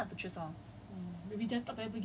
there's more options now so have